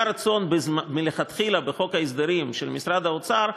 היה רצון מלכתחילה, בחוק ההסדרים של משרד האוצר,